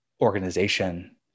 organization